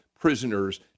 prisoners